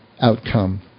outcome